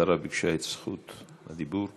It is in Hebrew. השרה ביקשה את רשות הדיבור.